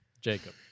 Jacob